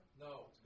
No